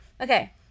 okay